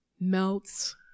melts